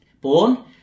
Born